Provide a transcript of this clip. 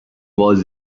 was